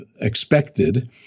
expected